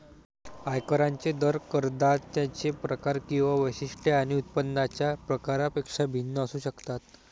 आयकरांचे दर करदात्यांचे प्रकार किंवा वैशिष्ट्ये आणि उत्पन्नाच्या प्रकारापेक्षा भिन्न असू शकतात